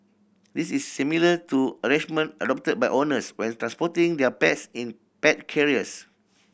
this is similar to arrangement adopted by owners when transporting their pets in pet carriers